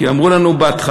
כי אמרו בהתחלה: